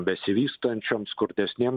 besivystančiom skurdesnėm